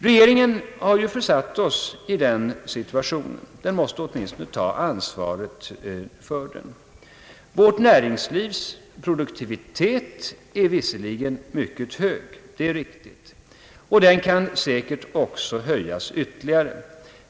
Regeringen har försatt oss i den situationen och måste ta ansvaret för den. Vårt näringslivs produktivitet är visserligen mycket hög, det är riktigt, och den kan säkert höjas ytterligare.